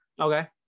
okay